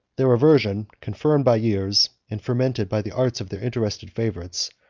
their aversion, confirmed by years, and fomented by the arts of their interested favorites,